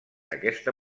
aquesta